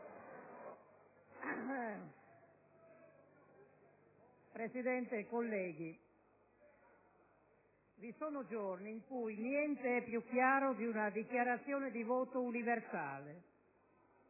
Presidente, colleghi, vi sono giorni in cui niente è più chiaro di una dichiarazione di voto universale.